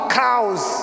cows